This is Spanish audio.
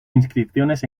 inscripciones